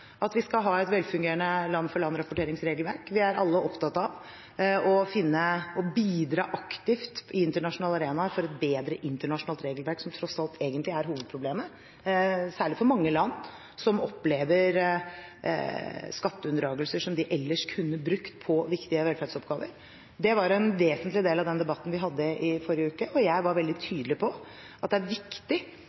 at vi skal ha et velfungerende land-for-land-rapporteringsregelverk. Vi er alle opptatt av å bidra aktivt i internasjonale arenaer for et bedre internasjonalt regelverk, som tross alt egentlig er hovedproblemet, særlig for mange land som opplever skatteunndragelser som de ellers kunne brukt på viktige velferdsoppgaver. Det var en vesentlig del av den debatten vi hadde i forrige uke, og jeg var veldig tydelig på at det er viktig